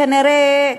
כנראה,